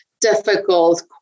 difficult